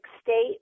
state